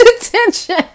attention